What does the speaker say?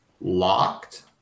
locked